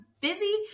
busy